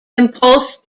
imposed